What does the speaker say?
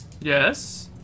Yes